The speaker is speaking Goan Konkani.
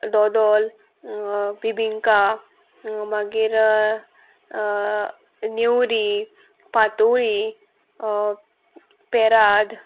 दोदोल बिबिंका मागीर नेवरी पातोळी पेराद